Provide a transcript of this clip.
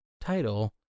title